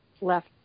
left